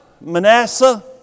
Manasseh